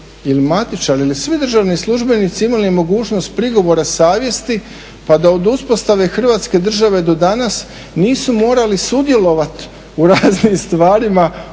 ili matičari ili svi državni službenici imali mogućnost prigovora savjesti pa da od uspostave Hrvatske države do danas nisu morali sudjelovati u raznim stvarima